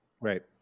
right